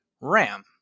RAM